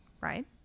right